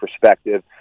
perspective